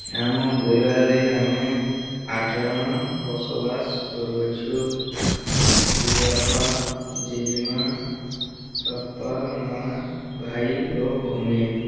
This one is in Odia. ଆମ ପରିବାରରେ ଆମେ ଆଠ ଜଣ ବସବାସ କରୁଅଛୁ ଜେଜେବାପା ଜେଜେମା' ବାପା ମା' ଭାଇ ଓ ଭଉଣୀ